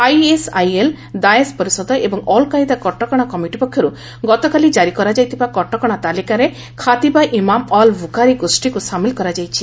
ISIL Daesh ପରିଷଦ ଏବଂ al Qaeda କଟକଶା କମିଟି ପକ୍ଷରୁ ଗତକାଲି ଜାରି କରାଯାଇଥିବା କଟକଶା ତାଲିକାରେ ଖାତିବା ଇମାମ୍ ଅଲ୍ ବୁଖାରୀ ଗୋଷ୍ଠୀକୁ ସାମିଲ୍ କରାଯାଇଛି